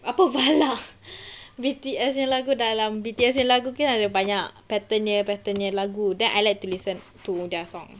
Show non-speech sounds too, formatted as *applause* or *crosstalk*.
apa ballad *noise* B_T_S punya lagu dalam B_T_S punya lagu ada banyak pattern punya pattern punya lagu then I like to listen to their songs